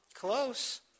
Close